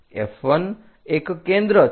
F1 એક કેન્દ્ર છે